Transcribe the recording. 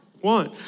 one